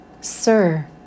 Sir